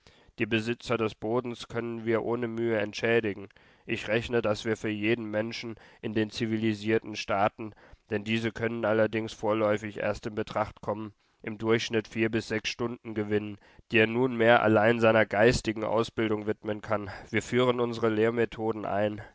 die besitzer des bodens können wir ohne mühe entschädigen ich rechne daß wir für jeden menschen in den zivilisierten staaten denn diese können allerdings vorläufig erst in betracht kommen im durchschnitt vier bis sechs stunden gewinnen die er nunmehr allein seiner geistigen ausbildung widmen kann wir führen unsere lehrmethoden ein